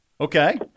Okay